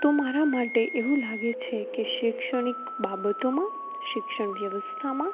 તો મારે માટે એવું લાગે છે કે શૈક્ષણિક બાબતોમાં શિક્ષણ વ્યવસ્થામાં